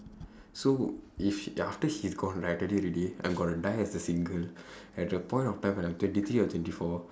so if she after she's gone right I told you already I am gonna die as a single at the point of time when I am twenty three or twenty four